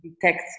detect